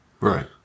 Right